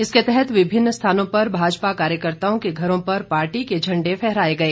इसके तहत विभिन्न स्थानों पर भाजपा कार्यकर्ताओं के घरों पर पार्टी के झण्डे फहराए गए